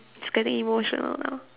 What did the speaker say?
it's getting emotional now